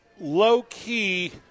low-key